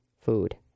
food